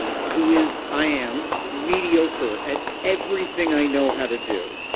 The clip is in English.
who is? i am mediocre at everything i know how to do